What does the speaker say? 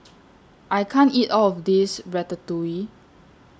I can't eat All of This Ratatouille